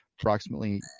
Approximately